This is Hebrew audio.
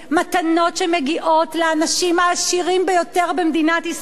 מתנות שמגיעות לאנשים העשירים ביותר במדינת ישראל,